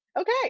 okay